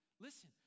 Listen